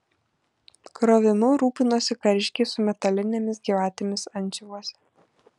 krovimu rūpinosi kariškiai su metalinėmis gyvatėmis antsiuvuose